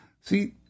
See